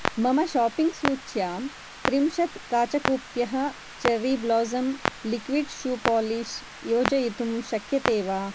मम शाप्पिङ्ग् सूच्यां त्रिंशत् काचकूप्यः cherry blossom liquid shoe polish योजयितुं शक्यसे वा